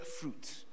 fruit